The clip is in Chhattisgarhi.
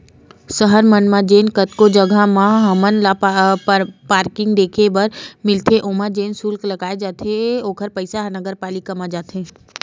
सहर मन म जेन कतको जघा म हमन ल पारकिंग देखे बर मिलथे ओमा जेन सुल्क लगाए जाथे ओखर पइसा ह नगरपालिका म जाथे